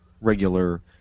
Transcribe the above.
regular